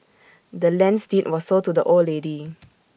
the land's deed was sold to the old lady